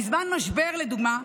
בזמן משבר, לדוגמה,